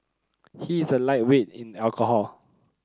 he is a lightweight in alcohol